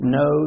no